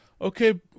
Okay